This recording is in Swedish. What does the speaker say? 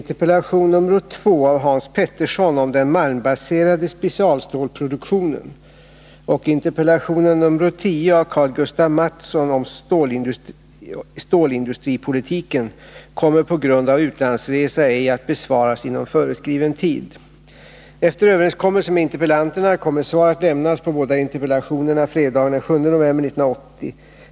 Herr talman! På grund av utlandsresa kommer jag ej att inom föreskriven tid besvara interpellationen 1980/81:2 av Hans Petersson i Hallstahammar om den malmbaserade specialstålsproduktionen och interpellationen nr 10 av Karl-Gustaf Mathsson om stålindustripolitiken. Efter överenskommelse med interpellanterna kommer jag att besvara båda interpellationerna fredagen den 7 november 1980.